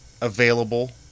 available